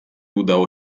udało